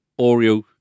Oreo